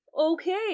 okay